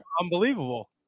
Unbelievable